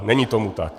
Není tomu tak.